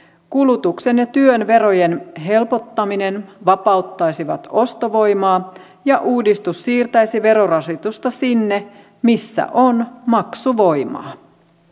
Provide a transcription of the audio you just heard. kulutuksen ja työn verojen helpottaminen vapauttaisivat ostovoimaa ja uudistus siirtäisi verorasitusta sinne missä on maksuvoimaa